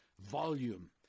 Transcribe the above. volume